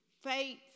Faith